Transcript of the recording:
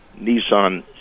Nissan